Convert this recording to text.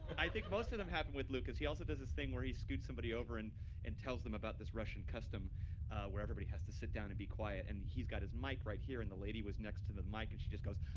i think most of them happen with lucas. he also does this thing where he scoots somebody over and and tells them about this russian custom where everybody has to sit down and be quiet. and he's got his mic right here. and the lady was next to the mic. like and she just goes,